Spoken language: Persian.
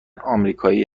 آمریکایی